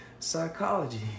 psychology